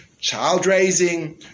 child-raising